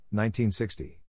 1960